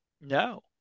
No